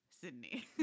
sydney